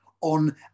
on